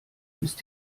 ist